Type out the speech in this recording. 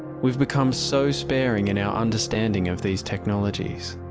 we've become so sparing in our understanding of these technologies,